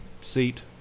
seat